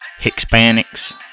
Hispanics